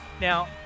Now